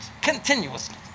continuously